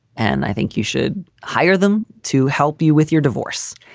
and i think you should hire them to help you with your divorce.